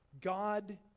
God